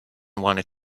wanted